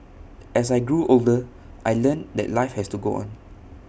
as I grew older I learnt that life has to go on